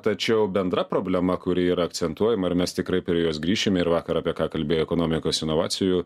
tačiau bendra problema kuri yra akcentuojama ir mes tikrai prie jos grįšime ir vakar apie ką kalbėjo ekonomikos inovacijų